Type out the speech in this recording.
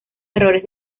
errores